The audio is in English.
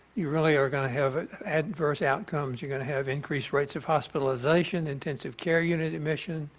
you really are going to have adverse outcomes. you're going to have increased rates of hospitalization, intensive care unit admission,